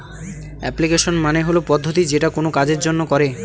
application মানে হল পদ্ধতি যেটা কোনো কাজের জন্য করে